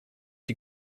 die